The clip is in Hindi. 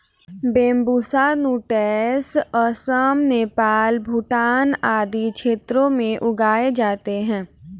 बैंम्बूसा नूटैंस असम, नेपाल, भूटान आदि क्षेत्रों में उगाए जाते है